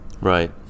Right